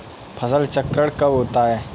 फसल चक्रण कब होता है?